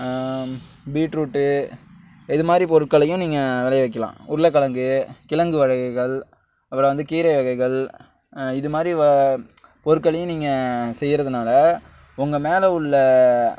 beetroot இது மாதிரி பொருட்களையும் நீங்கள் விளை வைக்கிலாம் உருளை கிழங்கு கிழங்கு வகைகள் அப்புறம் வந்து கீரை வகைகள் இது மாதிரி வ பொருட்களையும் நீங்கள் செய்கிறதுனால உங்கள் மேலே உள்ள